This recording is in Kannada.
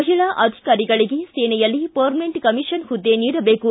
ಮಹಿಳಾ ಅಧಿಕಾರಿಗಳಿಗೆ ಸೇನೆಯಲ್ಲಿ ಪರ್ಮನೆಂಟ್ ಕಮಿಷನ್ ಹುದ್ದೆ ನೀಡಬೇಕು